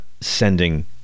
sending